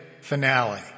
finale